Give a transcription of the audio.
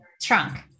trunk